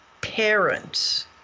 parents